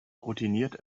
routiniert